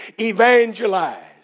evangelize